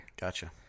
gotcha